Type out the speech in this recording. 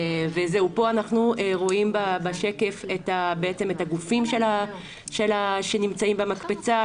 כאן בשקף רואים את הגופים שנמצאים במקפצה,